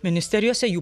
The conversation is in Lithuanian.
ministerijose jų